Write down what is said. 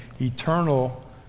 eternal